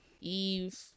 eve